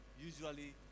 usually